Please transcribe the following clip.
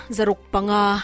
Zarukpanga